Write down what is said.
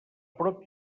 prop